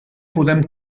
podem